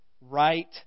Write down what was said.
right